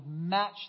match